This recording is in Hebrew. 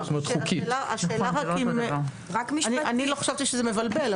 אני לא חשבתי שזה מבלבל,